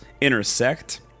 intersect